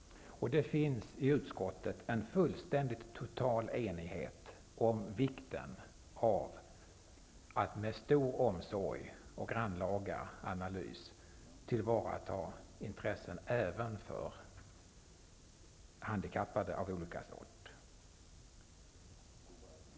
Det finns i utskottet en fullständigt total enighet om vikten av att med stor omsorg och grannlaga analys tillvarata intressen även för människor med handikapp av olika sort.